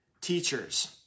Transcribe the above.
teachers